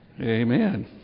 Amen